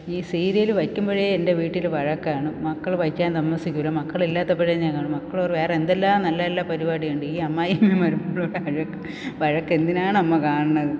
ഈ സീരിയൽ വെക്കുമ്പോഴേ എൻ്റെ വീട്ടിൽ വഴക്കാണ് മക്കൾ വെക്കാൻ സമ്മതിക്കില്ല മക്കളില്ലാത്തപ്പോഴെ ഞാൻ കാണു മക്കൾ പറയും വേറെ എന്തെല്ലാം നല്ല നല്ല പരിപാടിയുണ്ട് ഈ അമ്മായിയമ്മയും മരുമകളും കൂടെയുള്ള വഴക്ക് വഴക്ക് എന്തിനാണ് അമ്മ കാണണത്